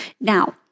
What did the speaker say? Now